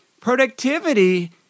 productivity